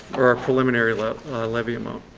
or our preliminary levy levy amount.